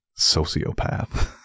sociopath